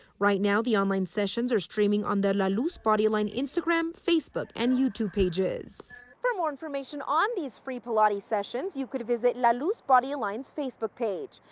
right now, the online sessions are streaming on the la luz body align instagram, facebook, and youtube pages. for more information on these free but pilates sessions, you can visit la luz body aligns facebook page.